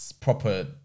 proper